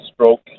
stroke